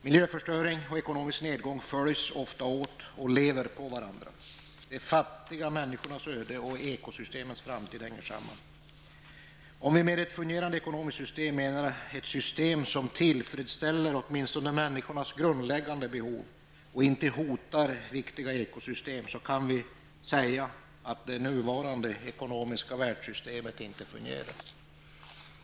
Miljöförstöring och ekonomisk nedgång följs ofta åt och lever så att säga på varandra. De fattiga människornas öde och ekosystemens framtid hänger samman. Om vi med ett fungerande ekonomiskt system menar ett system som tillfredsställler åtminstone människornas grundläggande behov och som inte hotar viktiga ekosystem, kan vi säga att det nuvarande ekonomiska världssystemet inte fungerar.